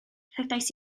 rhedais